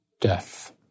death